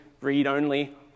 read-only